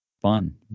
fun